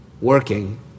working